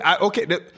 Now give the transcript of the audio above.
okay